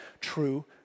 true